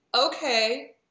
okay